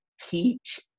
teach